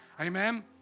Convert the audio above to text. Amen